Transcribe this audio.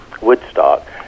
Woodstock